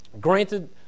granted